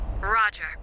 Roger